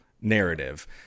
narrative